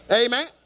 Amen